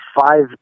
five